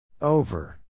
Over